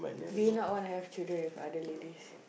do you not want to have children with other ladies